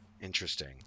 Interesting